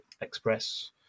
express